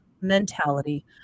mentality